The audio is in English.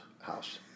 house